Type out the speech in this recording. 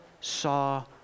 saw